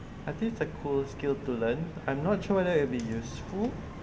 I think it's a cool skill to learn I'm not sure whether it will be useful